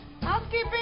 Housekeeping